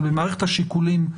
אבל במערכת השיקולים,